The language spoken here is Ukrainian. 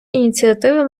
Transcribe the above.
ініціативи